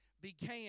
began